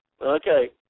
okay